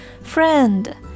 friend